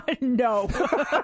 no